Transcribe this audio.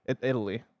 Italy